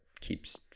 keeps